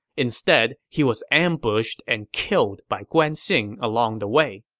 instead, he was ambushed and killed by guan xing along the way.